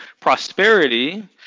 prosperity